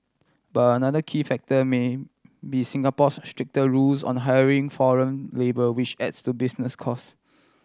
but another key factor may be Singapore's stricter rules on the hiring foreign labour which adds to business cost